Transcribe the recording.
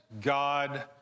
God